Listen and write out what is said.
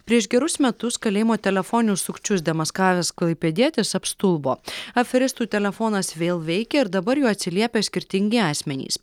prieš gerus metus kalėjimo telefoninius sukčius demaskavęs klaipėdietis apstulbo aferistų telefonas vėl veikia ir dabar juo atsiliepia skirtingi asmenys